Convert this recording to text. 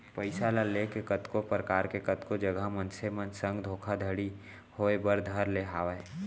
पइसा ल लेके कतको परकार के कतको जघा मनसे मन संग धोखाघड़ी होय बर धर ले हावय